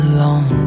Alone